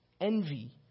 envy